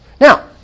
Now